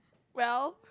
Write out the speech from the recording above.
well